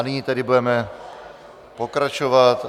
Nyní tedy budeme pokračovat.